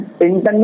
internet